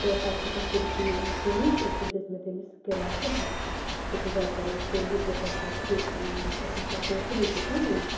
تہٕ پَتہٕ ہیٚوت اسہِ تٔمسٕے ٲں چینٛج تہٕ دِژ مےٚ تٔمِس کِراے تہٕ بَس تہٕ شُکُر گُزار کَران کہِ تٔمۍ دیُت مےٚ تَمہِ ساتہٕ تہٕ بیٚیہِ کوٚر تٔمۍ سَپورٹ تہٕ بیٚیہِ کوٚر تٔمۍ ویٹ